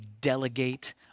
delegate